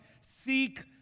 Seek